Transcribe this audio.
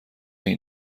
این